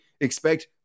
expect